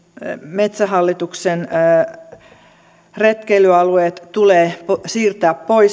metsähallituksen retkeilyalueet tulee siirtää pois